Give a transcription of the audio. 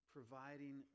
Providing